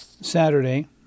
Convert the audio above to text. Saturday